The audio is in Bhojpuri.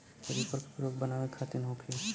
रिपर का प्रयोग का बनावे खातिन होखि?